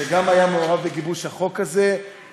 שגם הוא היה מעורב בגיבוש החוק שבאמת